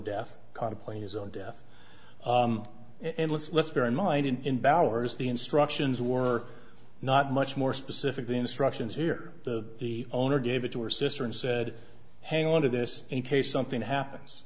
death caught a plane his own death and let's let's bear in mind in ours the instructions were not much more specifically instructions here the the owner gave it to her sister and said hang on to this in case something happens